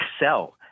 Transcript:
excel